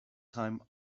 time